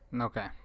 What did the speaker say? Okay